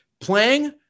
playing